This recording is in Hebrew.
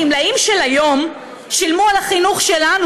הגמלאים של היום שילמו על החינוך שלנו,